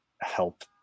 help